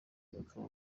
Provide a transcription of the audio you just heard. bakaba